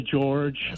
George